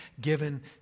given